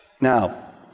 now